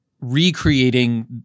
recreating